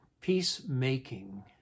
peacemaking